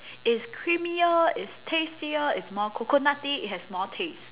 it's creamier it's tastier it is more coconutty it has more taste